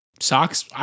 Socks